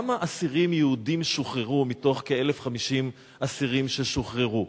כמה אסירים יהודים שוחררו מתוך כ-1,050 אסירים ששוחררו?